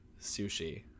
sushi